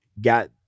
got